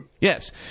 Yes